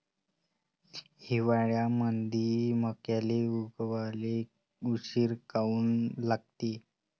हिवाळ्यामंदी मक्याले उगवाले उशीर काऊन लागते?